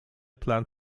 plant